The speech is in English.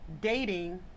dating